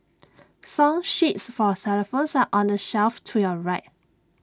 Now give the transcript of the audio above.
song sheets for xylophones are on the shelf to your right